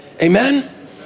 Amen